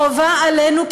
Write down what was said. חובה עלינו,